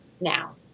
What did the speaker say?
now